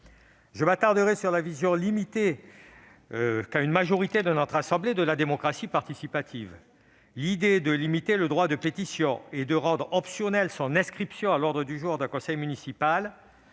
Je m'attarderai sur la vision limitée qu'a une majorité de notre assemblée de la démocratie participative. L'idée de limiter le droit de pétition et de rendre optionnelle son inscription à l'ordre du jour d'un conseil municipal